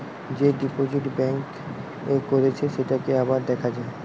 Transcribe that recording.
যে deposit bank এ করেছে সেটাকে আবার দেখা যায়